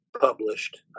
published